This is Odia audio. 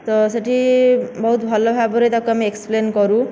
ତ ସେଠି ବହୁତ ଭଲ ଭାବରେ ଆମେ ତାକୁ ଏକ୍ସପ୍ଲେନ୍ କରୁ